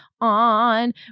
on